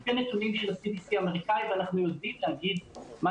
זה נתונים של ה-CDC האמריקאי ואנחנו יודעים להגיד מה